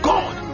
God